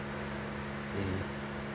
mm